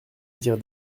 dire